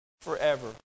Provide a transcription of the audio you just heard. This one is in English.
forever